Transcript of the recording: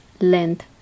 length